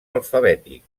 alfabètic